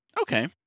Okay